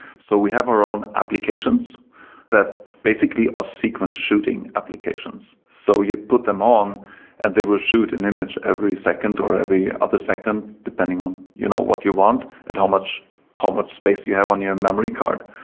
so we have our own applications that basically are ah sequence shooting applications. so you put them on and they will shoot an image every second or every other second depending on you know what you want and how much how much space you have on your memory card.